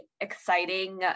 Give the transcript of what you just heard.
exciting